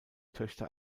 töchter